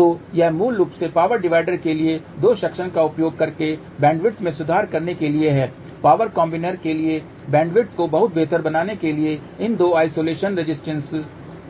तो यह मूल रूप से पावर डिवाइडर के लिए दो सेक्शन का उपयोग करके बैंडविड्थ में सुधार करने के लिए है पावर कॉम्बिनर के लिए बैंडविड्थ को बेहतर बनाने के लिए इन दो आइसोलेशन रेसिस्टेन्से